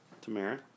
Tamara